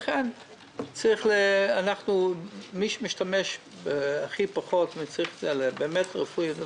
למי שצריך את זה מבחינה רפואית,